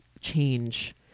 change